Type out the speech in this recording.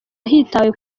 hatitawe